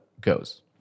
goes